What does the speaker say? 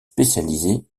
spécialisées